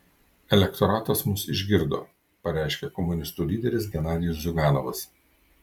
elektoratas mus išgirdo pareiškė komunistų lyderis genadijus ziuganovas